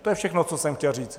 To je všechno, co jsem chtěl říct.